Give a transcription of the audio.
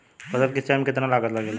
फसल की सिंचाई में कितना लागत लागेला?